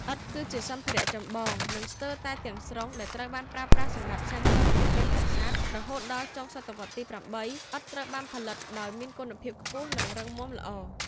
ឥដ្ឋ គឺជាសម្ភារៈចម្បង និងស្ទើរតែទាំងស្រុងដែលត្រូវបានប្រើប្រាស់សម្រាប់សាងសង់ជញ្ជាំងប្រាសាទ រហូតដល់ចុងសតវត្សរ៍ទី៨ ឥដ្ឋត្រូវបានផលិតដោយមានគុណភាពខ្ពស់ និងរឹងមាំល្អ។